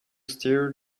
stir